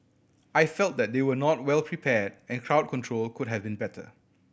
I felt that they were not well prepared and crowd control could have been better